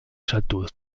château